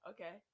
Okay